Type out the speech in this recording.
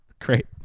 Great